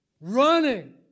Running